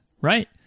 right